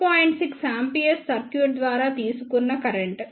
6 A circuit ద్వారా తీసుకున్న current